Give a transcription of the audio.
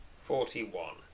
forty-one